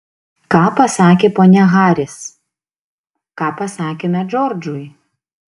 ką pasakė ponia haris ką pasakėme džordžui